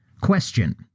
Question